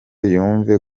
yumve